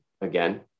again